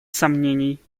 сомнений